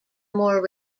more